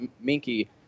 Minky